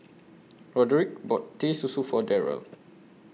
Roderic bought Teh Susu For Darrel